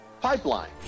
pipeline